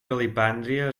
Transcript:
calipàndria